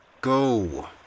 go